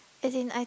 as in I